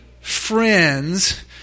friends